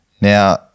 Now